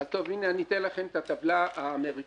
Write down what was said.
אז אני אתן לכם את הטבלה האמריקאית.